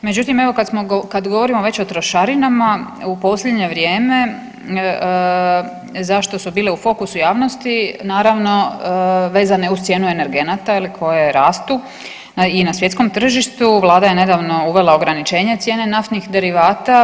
Međutim, evo kada govorimo već o trošarinama u posljednje vrijeme zašto su bile u fokusu javnosti naravno vezane uz cijenu energenata koje rastu i na svjetskom tržištu, Vlada je nedavno uvela ograničenje cijene naftnih derivata.